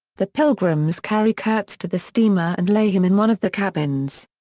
the pilgrims carry kurtz to the steamer and lay him in one of the cabins.